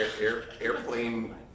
airplane